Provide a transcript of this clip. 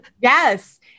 Yes